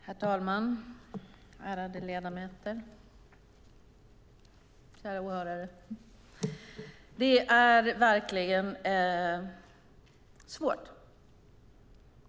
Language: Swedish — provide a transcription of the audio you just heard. Herr talman! Ärade ledamöter! Kära åhörare! Det är verkligen svårt.